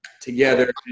together